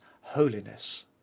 holiness